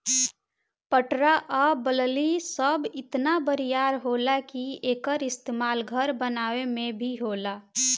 पटरा आ बल्ली इ सब इतना बरियार होला कि एकर इस्तमाल घर बनावे मे भी होला